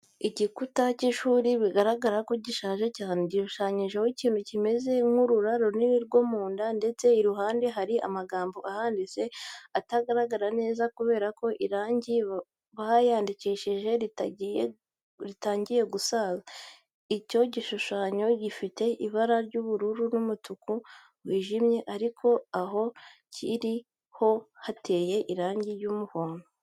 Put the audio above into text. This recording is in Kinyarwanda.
Igikuta cy'ishuri bigaragara ko gishaje cyane, gishushanyijeho ikintu kimeze nk'urura runini rwo mu nda ndetse iruhande hari amagambo ahanditse atagaragara neza kubera ko irangi bayandikishije ritangiye gusaza. Icyo gishushanyo gifite ibara ry'ubururu n'umutuku wijimye, ariko aho kiri ho hateye irangi ry'umuhondo.